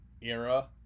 era